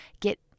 get